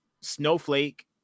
snowflake